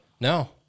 No